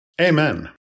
Amen